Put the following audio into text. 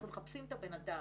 אנחנו מחפשים את הבן אדם,